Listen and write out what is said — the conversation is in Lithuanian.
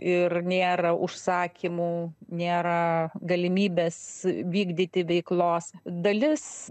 ir nėra užsakymų nėra galimybės vykdyti veiklos dalis